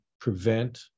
prevent